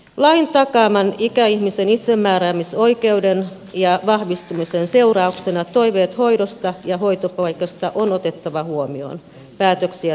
lain takaaman ikäihmisen itsemääräämisoikeuden ja vahvistumisen seurauksena toiveet hoidosta ja hoitopaikasta on otettava huomioon päätöksiä tehtäessä